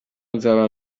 nzaba